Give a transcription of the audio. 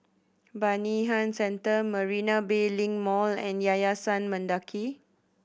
Bayanihan Centre Marina Bay Link Mall and Yayasan Mendaki